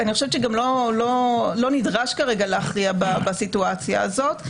כי גם לא נדרש כרגע להכריע בסיטואציה הזאת.